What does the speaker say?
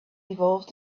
evolved